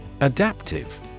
Adaptive